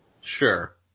Sure